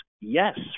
Yes